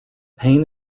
pain